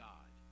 God